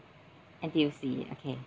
N_T_U_C okay